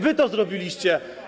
Wy to zrobiliście.